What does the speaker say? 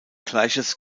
gleiches